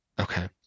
Okay